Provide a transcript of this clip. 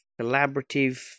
collaborative